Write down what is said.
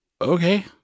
okay